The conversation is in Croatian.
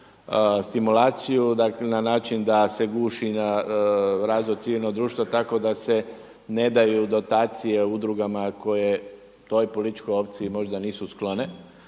stimulaciju na način da se guši na razvoj civilnog društva tako da se ne daju dotacije udrugama koje toj političkoj opciji možda nisu sklone.